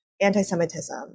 anti-Semitism